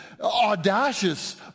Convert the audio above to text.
audacious